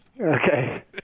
Okay